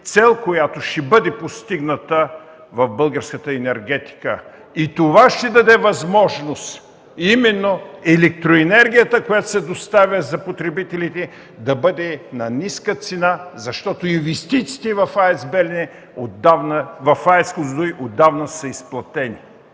цел, която ще бъде постигната в българската енергетика. Това ще даде възможност именно електроенергията, която се доставя за потребителите, да бъде на ниска цена, защото инвестициите в АЕЦ „Козлодуй” отдавна са изплатени.